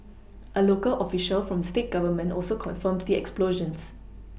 a local official from the state Government also confirmed the explosions